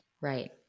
right